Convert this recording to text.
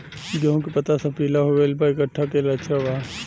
गेहूं के पता सब पीला हो गइल बा कट्ठा के लक्षण बा?